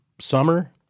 summer